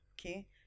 okay